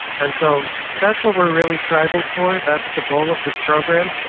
and so that's what we're really striving for that's the goal of this program,